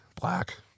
Black